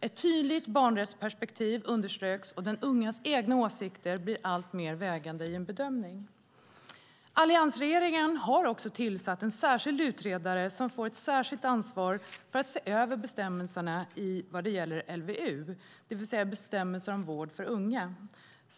Ett tydligt barnrättsperspektiv underströks, och de ungas egna åsikter blir alltmer vägande i en bedömning. Alliansregeringen har tillsatt en särskild utredare som fått ett särskilt ansvar för att se över bestämmelserna i LVU, det vill säga bestämmelser om vård för unga.